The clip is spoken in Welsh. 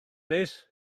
neis